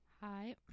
Hi